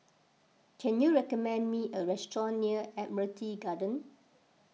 can you recommend me a restaurant near Admiralty Garden